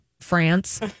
France